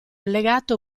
legato